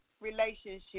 relationship